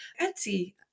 Etsy